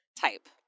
type